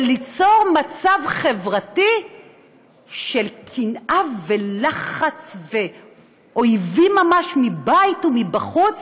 וליצור מצב חברתי של קנאה ולחץ ואויבים ממש מבית ומבחוץ,